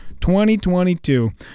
2022